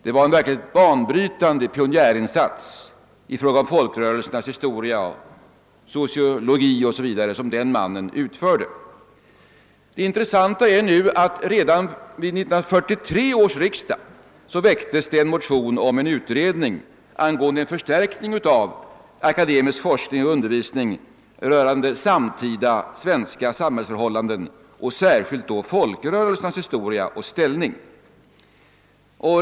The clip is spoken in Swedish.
Det var en verkligt banbrytande pionjärinsats i fråga om folkrörelsernas historia, sociologi o.s.v. som den mannen utförde. Redan vid 1943 års riksdag väcktes det en motion om en utredning angående förstärkning av den akademiska forskningen och undervisningen rörande samtida svenska samhällsförhållanden och då särskilt folkrörelsernas historia och ställning.